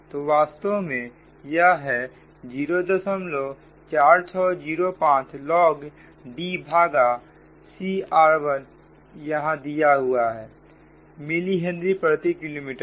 तो वास्तव में यह है 04605 log D भागा cr1यहां दिया हुआ है मिली हेनरी प्रति किलोमीटर